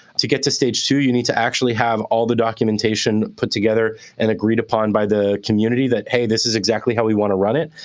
to get to stage two, you need to actually have all the documentation put together and agreed upon by the community that, hey, this is exactly how we want to run it.